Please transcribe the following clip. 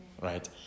right